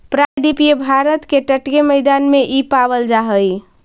प्रायद्वीपीय भारत के तटीय मैदान में इ पावल जा हई